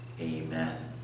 Amen